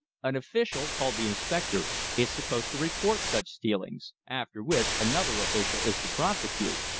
an official, called the inspector, is supposed to report such stealings, after which another official is to prosecute.